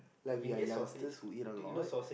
like we are youngsters who eat a lot